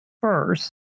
first